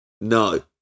No